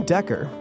Decker